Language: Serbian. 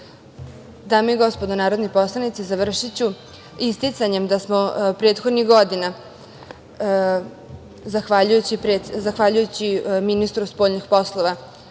i gospodo narodni poslanici, završiću isticanjem da smo prethodnih godina, zahvaljujući ministru spoljnih poslova